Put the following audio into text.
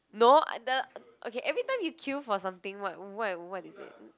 no the okay every time you queue for something what what what is it